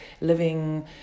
living